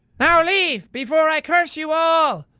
now leave before i curse you all!